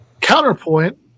Counterpoint